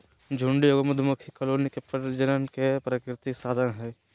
झुंड एगो मधुमक्खी कॉलोनी के प्रजनन के प्राकृतिक साधन हइ